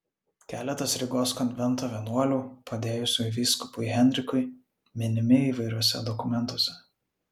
keletas rygos konvento vienuolių padėjusių vyskupui henrikui minimi įvairiuose dokumentuose